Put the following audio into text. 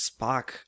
Spock